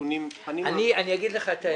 --- אני אומר לך את האמת.